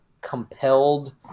compelled